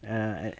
eh